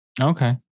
Okay